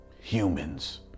humans